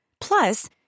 Plus